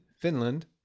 Finland